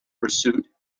pursuit